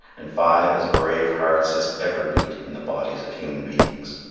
and five as brave hearts as ever beat in the bodies of human beings.